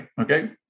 okay